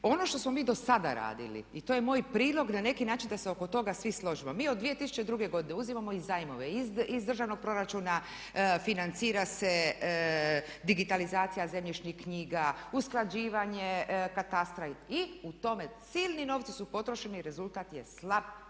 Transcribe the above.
Ono što smo mi do sada radili i to je moj prilog na neki način da se oko toga svi složimo. Mi od 2002.godine uzimamo i zajmove i iz državnog proračuna financira se digitalizacija zemljišnih knjiga, usklađivanje katastra i u tome silni novci su potrošeni i rezultat je slab